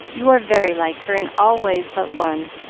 you are very like her in all ways but one.